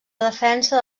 defensa